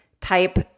type